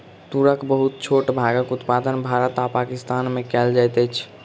तूरक बहुत छोट भागक उत्पादन भारत आ पाकिस्तान में कएल जाइत अछि